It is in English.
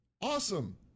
awesome